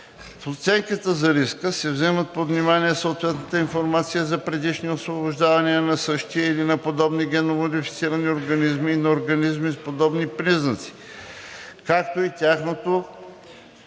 В оценката на риска се вземат под внимание съответната информация от предишни освобождавания на същия или на подобни генномодифицирани организми и на организми с подобни признаци, както и тяхното